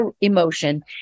emotion